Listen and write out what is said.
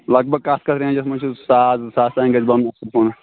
لگ بگ کَتھ کَتھ رینٛجَس منٛز چھُ ساس زٕ ساس تانۍ گژھِ بَنُن اَصٕل پہم